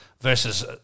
versus